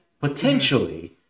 potentially